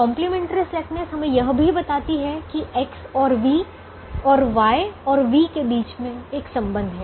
complementary slackness हमें यह भी बताती है कि X और v और Y और v के बीच एक संबंध है